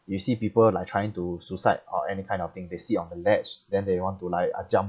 you see people like trying to suicide or any kind of thing they sit on the ledge then they want to like uh jump